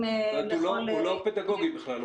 לכל --- זאת אומרת שהוא לא פדגוגי בכלל,